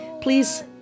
Please